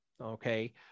okay